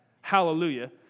Hallelujah